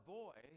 boy